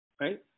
Right